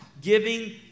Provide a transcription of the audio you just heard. giving